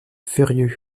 furieux